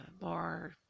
more